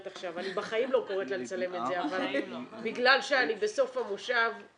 בחיים לא קוראת לה לצלם אבל בגלל שאני בסוף המושב,